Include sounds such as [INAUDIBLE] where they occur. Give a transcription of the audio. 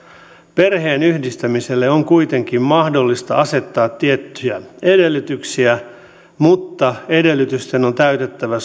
perheenyhdistämiselle on kuitenkin mahdollista asettaa tiettyjä edellytyksiä mutta edellytysten on täytettävä [UNINTELLIGIBLE]